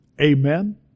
Amen